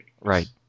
right